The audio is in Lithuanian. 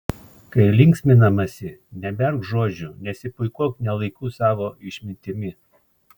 kai linksminamasi neberk žodžių nesipuikuok ne laiku savo išmintimi